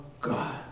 God